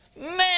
Man